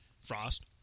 Frost